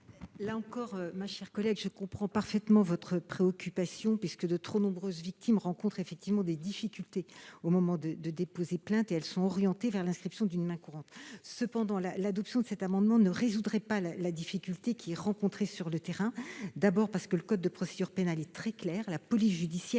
Là encore, ma chère collègue, je comprends parfaitement votre préoccupation. De trop nombreuses victimes rencontrent effectivement des difficultés au moment de déposer une plainte. On leur propose alors de déposer une main courante. Cependant, l'adoption de cet amendement ne résoudrait pas la difficulté que rencontrent les femmes sur le terrain, d'abord parce que le code de procédure pénale est très clair- la police judiciaire